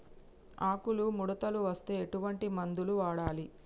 ఆకులు ముడతలు వస్తే ఎటువంటి మందులు వాడాలి?